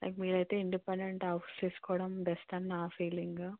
like మీరు అయితే independent house తీసుకోవడం బెస్ట్ అని నా ఫీలింగు